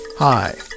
Hi